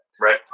Right